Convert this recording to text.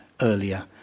earlier